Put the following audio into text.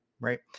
Right